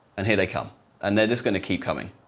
and here they come and they're just going to keep coming,